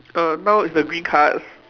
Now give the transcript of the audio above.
err now is the green cards